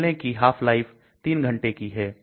निकलने की Half life 3 घंटे की है